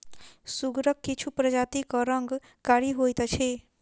सुगरक किछु प्रजातिक रंग कारी होइत अछि